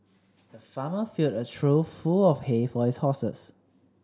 the farmer filled a trough full of hay for his horses